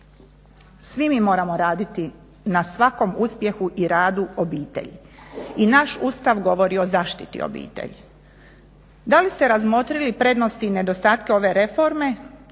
Svi mi moramo raditi na svakom uspjehu i radu obitelji. I naš Ustav govori o zaštiti obitelji. Da li ste razmotrili prednosti i nedostatke ove reforme